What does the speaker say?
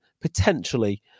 potentially